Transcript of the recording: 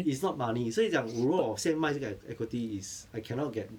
it's not money 所以讲如果我现在卖这个 e~ equity is I cannot get